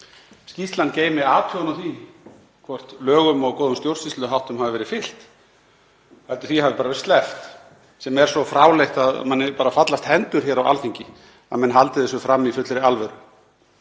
skýrslan geymi athugun á því hvort lögum og góðum stjórnsýsluháttum hafi verið fylgt, að því hafi bara verið sleppt, sem er svo fráleitt að manni fallast hendur hér á Alþingi yfir því að menn haldi þessu fram í fullri alvöru.